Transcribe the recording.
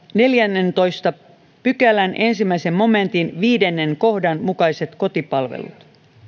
neljännentoista pykälän ensimmäisen momentin viidennen kohdan mukaiset kotipalvelut